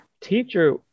Teacher